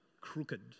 crooked